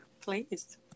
Please